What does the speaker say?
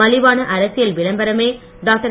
மலிவான அரசியல் விளம்பரமே டாக்டர்